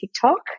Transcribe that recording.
TikTok